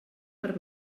per